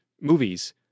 movies